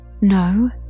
No